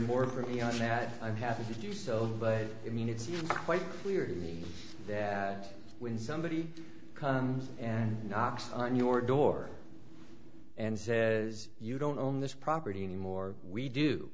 more from me on that i have to do so but i mean it's quite clear to me that when somebody comes and knocks on your door and says you don't own this property anymore we do